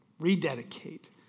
rededicate